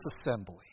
assembly